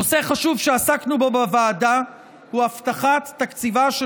נושא חשוב שעסקנו בו בוועדה הוא הבטחת תקציבה של